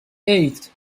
eight